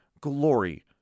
glory